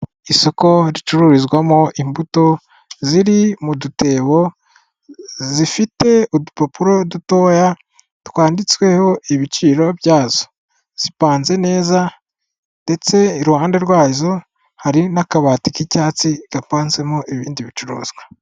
Isoko ricururizwamo imbuto ziri mu dutebo zifite udupapuro dutoya twanditsweho ibiciro byazo, zipanze neza ndetse iruhande rwazo hari n'akabati k'icyatsi gapanzemo ibindi bicuruzwa.